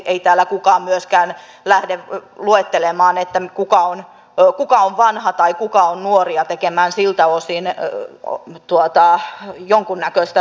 ei täällä kukaan muukaan lähde luettelemaan kuka on vanha tai kuka on nuori ja tekemään siltä osin jonkunnäköistä rajanpitoa